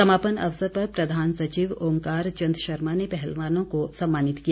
समापन अवसर पर प्रधान सचिव ओंकार चंद शर्मा ने पहलवानों को सम्मानित किया